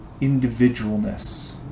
individualness